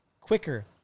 quicker